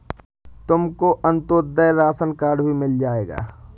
तुमको Antyodaya ration card भी मिल जाएगा